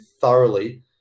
thoroughly